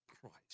Christ